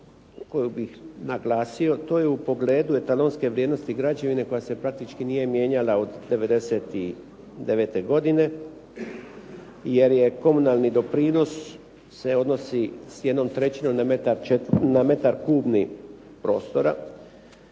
koju bih naglasio to je u pogledu etalonske vrijednosti građevine koja se praktički nije mijenjala od 99. godine jer je komunalni doprinos se odnosi s jednom trećinom na metar kubni prostora